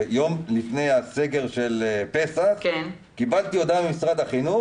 שיום לפני הסגר של פסח קיבלתי הודעה ממשרד החינוך,